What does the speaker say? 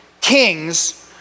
kings